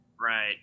Right